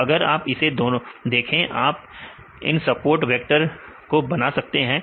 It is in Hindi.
तो अगर आप इसे देखें आप इन सपोर्ट वेक्टर को बना सकते हैं